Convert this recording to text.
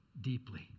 deeply